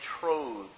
betrothed